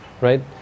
right